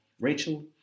Rachel